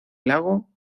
lago